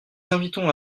invitons